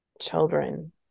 children